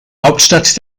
hauptstadt